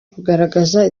kugaragaza